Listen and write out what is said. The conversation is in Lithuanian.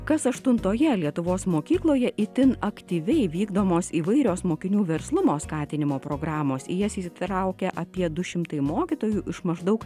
kas aštuntoje lietuvos mokykloje itin aktyviai vykdomos įvairios mokinių verslumo skatinimo programos į jas įsitraukia apie du šimtai mokytojų iš maždaug